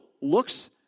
looks